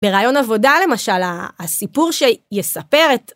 ברעיון עבודה, למשל, הסיפור שיספר את...